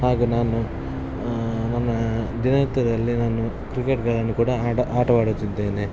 ಹಾಗೂ ನಾನು ನನ್ನ ದಿನನಿತ್ಯದಲ್ಲಿ ನಾನು ಕ್ರಿಕೆಟ್ಗಳನ್ನು ಕೂಡ ಆಟ ಆಟವಾಡುತ್ತಿದ್ದೇನೆ